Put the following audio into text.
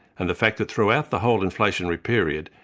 and the fact that throughout the whole inflationary period,